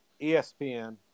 ESPN